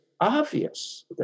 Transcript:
obvious